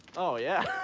oh, yeah.